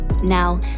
Now